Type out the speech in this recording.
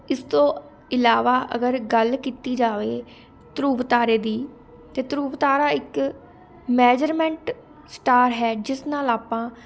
ਇਸ ਤੋਂ ਇਲਾਵਾ ਅਗਰ ਗੱਲ ਕੀਤੀ ਜਾਵੇ ਧਰੂਵ ਤਾਰੇ ਦੀ ਅਤੇ ਧਰੂਵ ਤਾਰਾ ਇੱਕ ਮੈਜ਼ਰਮੈਂਟ ਸਟਾਰ ਹੈ ਜਿਸ ਨਾਲ ਆਪਾਂ